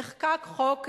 נחקק חוק,